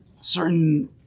certain